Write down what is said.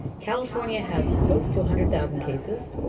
california has close to a hundred thousand cases,